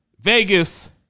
Vegas